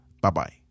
Bye-bye